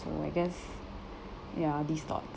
so I guess ya these thoughts